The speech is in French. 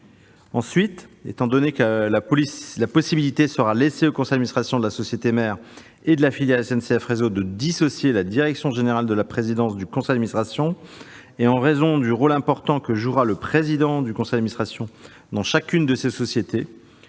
Ensuite, étant donné que la possibilité sera laissée au conseil d'administration de la société mère et de la filiale SNCF Réseau de dissocier la direction générale de la présidence du conseil d'administration et en raison du rôle important que jouera le président du conseil d'administration dans chacune de ces sociétés,